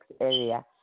area